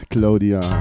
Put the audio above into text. Claudia